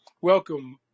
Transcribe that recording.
Welcome